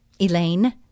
Elaine